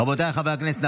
רבותיי חברי הכנסת,